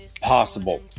possible